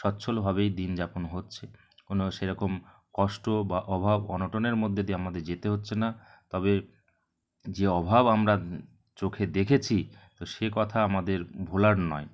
সচ্ছলভাবেই দিন যাপন হচ্ছে কোনও সেরকম কষ্ট বা অভাব অনটনের মধ্যে দিয়ে আমাদের যেতে হচ্ছে না তবে যে অভাব আমরা চোখে দেখেছি তো সে কথা আমাদের ভোলার নয়